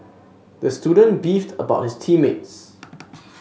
the student beefed about his team mates